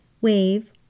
Wave